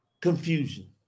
confusion